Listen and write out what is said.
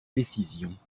décisions